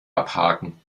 abhaken